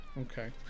Okay